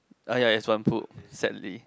uh ya it's one sadly